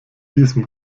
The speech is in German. diesem